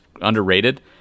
underrated